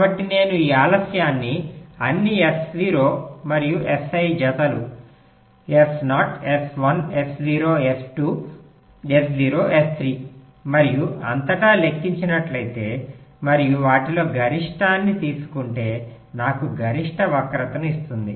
కాబట్టి నేను ఈ ఆలస్యాన్ని అన్ని S0 మరియు Si జతలు S0 S1 S0 S2 S0 S3 మరియు అంతటా లెక్కించినట్లయితే మరియు వాటిలో గరిష్టాన్ని తీసుకుంటే నాకు గరిష్ట వక్రతను ఇస్తుంది